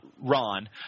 Ron